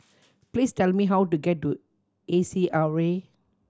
please tell me how to get to A C R A